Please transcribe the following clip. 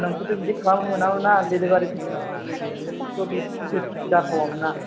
नोंसोरथ' बिदि खालामनो मोना मोनना डेलिभारि पेकेटखौथ' खेंनाय बिदिथ' जाथावामोन ना